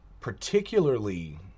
particularly